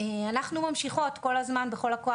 אנחנו ממשיכות כל הזמן בכל הכוח,